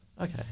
Okay